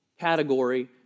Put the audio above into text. category